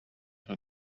her